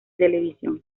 televisión